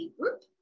group